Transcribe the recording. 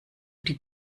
die